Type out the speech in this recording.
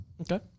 Okay